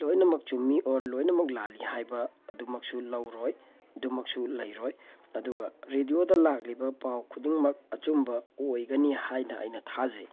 ꯂꯣꯏꯅꯃꯛ ꯆꯨꯝꯃꯤ ꯑꯣꯔ ꯂꯣꯏꯅꯃꯛ ꯂꯥꯜꯂꯤ ꯍꯥꯏꯕ ꯑꯗꯨꯃꯛꯁꯨ ꯂꯧꯔꯣꯏ ꯑꯗꯨꯃꯛꯁꯨ ꯂꯩꯔꯣꯏ ꯑꯗꯨꯒ ꯔꯦꯗꯤꯑꯣꯗ ꯂꯥꯛꯂꯤꯕ ꯄꯥꯎ ꯈꯨꯗꯤꯡꯃꯛ ꯑꯆꯨꯝꯕ ꯑꯣꯏꯒꯅꯤ ꯍꯥꯏꯅ ꯑꯩꯅ ꯊꯥꯖꯩ